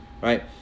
Right